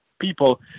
people